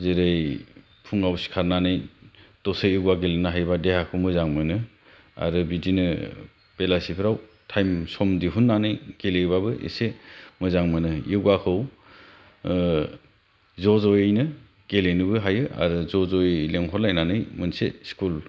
जेरै फुङाव सिखारनानै दसे योगा गेलेनो हायोब्ला देहाखौ मोजां मोनो आरो बिदिनो बेलासिफ्राव टाइम सम दिहुननानै गेलेयोब्लाबो एसे मोजां मोनो योगाखौ ज' ज'यैनो गेलेनोबो हायो आरो ज' ज'यै लिंहर लायनानै मोनसे स्कुल